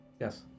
Yes